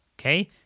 Okay